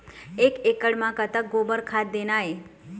एक एकड़ म कतक गोबर खाद देना ये?